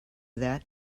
that